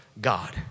god